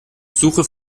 suche